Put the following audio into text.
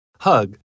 hug